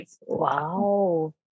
wow